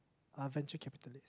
uh venture capitalist